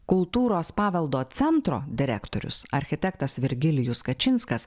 kultūros paveldo centro direktorius architektas virgilijus kačinskas